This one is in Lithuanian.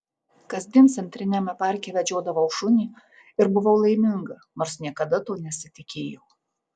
kasdien centriniame parke vedžiodavau šunį ir buvau laiminga nors niekada to nesitikėjau